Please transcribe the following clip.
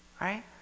right